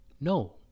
No